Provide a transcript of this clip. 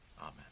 Amen